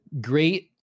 great